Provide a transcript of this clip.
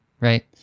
right